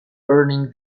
earning